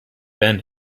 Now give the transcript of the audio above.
been